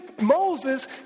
Moses